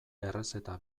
errezeta